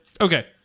okay